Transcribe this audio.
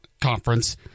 conference